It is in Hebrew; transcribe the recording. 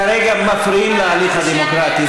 כרגע מפריעים להליך הדמוקרטי.